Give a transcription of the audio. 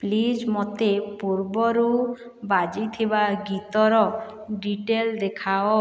please ମୋତେ ପୂର୍ବରୁ ବାଜିଥିବା ଗୀତର ଡ଼ିଟେଲ୍ ଦେଖାଅ